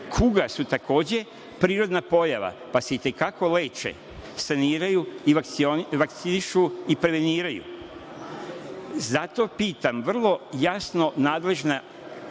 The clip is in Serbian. kuga su takođe prirodna pojava, pa se i te kako leče, saniraju i vakcinišu i preventiraju. Zato pitam vrlo jasno nadležna